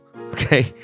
okay